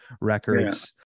records